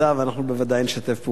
ואנחנו בוודאי נשתף פעולה.